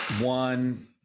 one